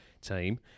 team